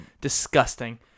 Disgusting